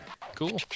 Cool